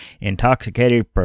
intoxicated